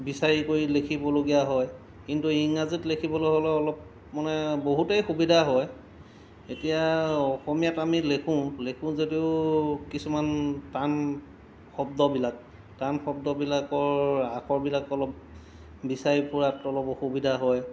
বিচাৰি কৰি লিখিবলগীয়া হয় কিন্তু ইংৰাজীত লিখিবলৈ হ'লে অলপ মানে বহুতেই সুবিধা হয় এতিয়া অসমীয়াত আমি লিখোঁ লিখোঁ যদিও কিছুমান টান শব্দবিলাক টান শব্দবিলাকৰ আখৰবিলাক অলপ বিচাৰি পোৱাত অলপ অসুবিধা হয়